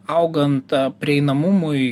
augant prieinamumui